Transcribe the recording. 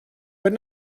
but